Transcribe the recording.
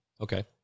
Okay